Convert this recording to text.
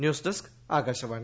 news desk Akashvani